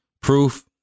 proof